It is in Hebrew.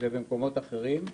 ובמקומות אחרים.